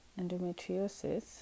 endometriosis